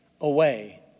away